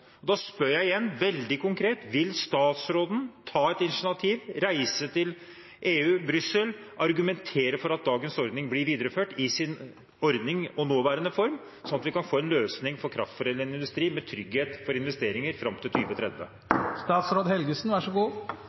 Da spør jeg igjen veldig konkret: Vil statsråden ta et initiativ, reise til Brussel og argumentere for at dagens ordning blir videreført i sin nåværende form, slik at vi kan få en løsning for kraftforedlende industri med trygghet for investeringer fram til